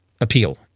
appeal